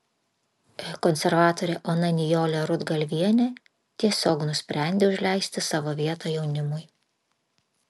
konservatorė ona nijolė rudgalvienė tiesiog nusprendė užleisti savo vietą jaunimui